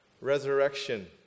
Resurrection